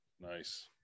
nice